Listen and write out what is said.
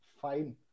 fine